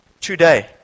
today